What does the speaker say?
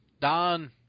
Don